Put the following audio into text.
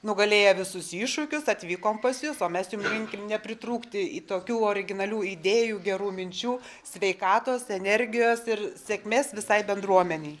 nugalėję visus iššūkius atvykom pas jus o mes jum linkim nepritrūkti į tokių originalių idėjų gerų minčių sveikatos energijos ir sėkmės visai bendruomenei